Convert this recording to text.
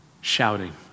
shouting